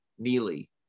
neely